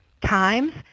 times